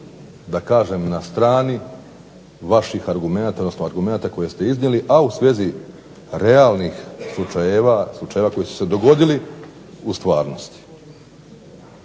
da kažem na strani vaših argumenata, odnosno argumenata koje ste iznijeli a u svezi realnih slučajeva, slučajeva koji su se dogodili u stvarnosti.